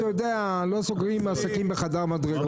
אתה יודע לא סוגרים עסקים בחדר מדרגות.